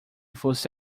fosse